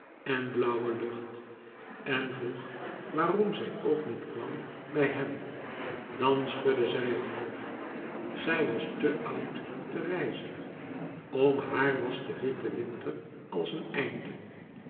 en blauwe lucht en vroeg waarom zij ook niet kwam bij hem dan schudde zij het hoofd zij was te oud te reizen om haar was de witte winter als een einde